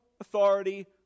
authority